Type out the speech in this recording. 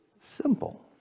simple